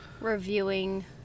Reviewing